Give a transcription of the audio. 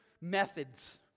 methods